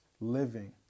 living